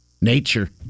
Nature